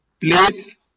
place